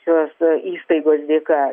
šios įstaigos dėka